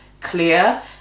clear